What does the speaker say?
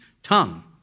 tongue